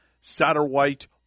Satterwhite